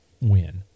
win